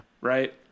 Right